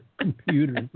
computers